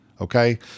Okay